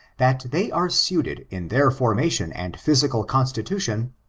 that they are suited in their formation and physical constitution,